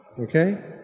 Okay